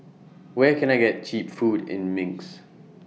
Where Can I get Cheap Food in Minsk